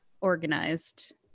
organized